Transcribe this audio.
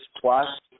plus